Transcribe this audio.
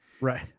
Right